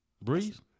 Breeze